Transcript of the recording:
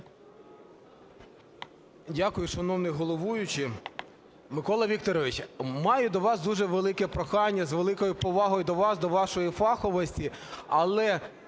Дякую, шановний головуючий. Микола Вікторович, маю до вас дуже велике прохання, з великою повагою до вас, до вашої фаховості. Але